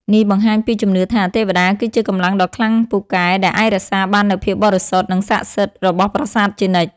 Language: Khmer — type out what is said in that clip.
នេះបង្ហាញពីជំនឿថា ទេវតាគឺជាកម្លាំងដ៏ខ្លាំងពូកែដែលអាចរក្សាបាននូវភាពបរិសុទ្ធ និងស័ក្តិសិទ្ធិរបស់ប្រាសាទជានិច្ច។